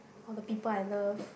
all the people I love